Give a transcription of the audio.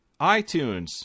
iTunes